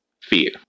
Fear